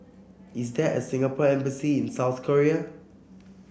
is there a Singapore Embassy in South Korea